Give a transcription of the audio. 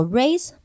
raise